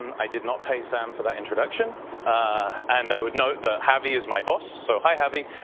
and i did not pay sam for that introduction and i would note that havi is my boss so, hi havi.